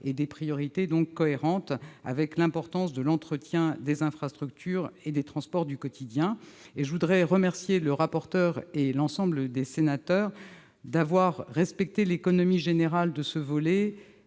et des priorités cohérentes : l'importance de l'entretien des infrastructures et des transports du quotidien est reconnue. Je souhaite remercier votre rapporteur, ainsi que l'ensemble des sénateurs, d'avoir respecté l'économie générale de ce volet,